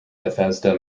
bethesda